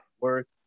work